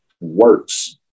works